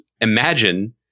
Imagine